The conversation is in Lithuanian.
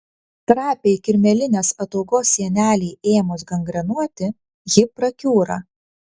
trapiai kirmėlinės ataugos sienelei ėmus gangrenuoti ji prakiūra